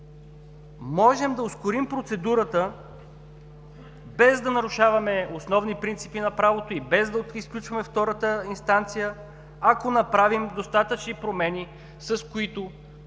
можем да ускорим процедурата без да нарушаваме основни принципи на правото и без да изключваме втората инстанция, ако направим достатъчни промени, с които